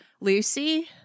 Lucy